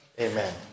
Amen